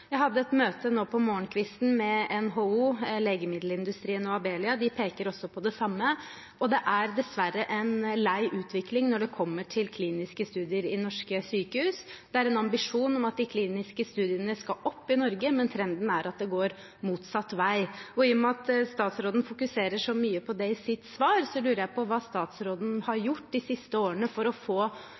Jeg hadde et møte nå på morgenkvisten med NHO, legemiddelindustrien og Abelia. De peker også på det samme. Det er dessverre en lei utvikling når det kommer til kliniske studier i norske sykehus. Det er en ambisjon om at de kliniske studiene skal opp i Norge, men trenden er at det går motsatt vei. I og med at statsråden fokuserer så mye på det i sitt svar, lurer jeg på hva statsråden har gjort de siste årene for